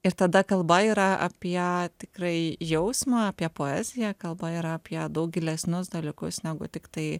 ir tada kalba yra apie tikrai jausmą apie poeziją kalba yra apie daug gilesnius dalykus negu tiktai